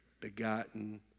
begotten